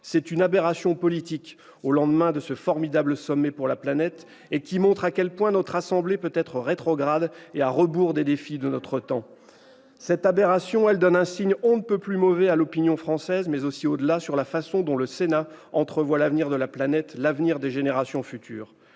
C'est la vérité, malheureusement ! Au lendemain de ce formidable sommet pour la planète, c'est une aberration politique qui montre à quel point notre assemblée peut être rétrograde et à rebours des défis de notre temps. Cette aberration donne un signe on ne peut plus mauvais à l'opinion française, mais aussi au-delà, sur la façon dont le Sénat entrevoit l'avenir de la planète et des générations futures.